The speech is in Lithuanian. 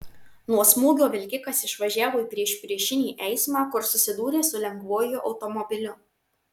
nuo smūgio vilkikas išvažiavo į priešpriešinį eismą kur susidūrė su lengvuoju automobiliu